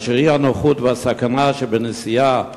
האי-נוחות והסכנה שבנסיעה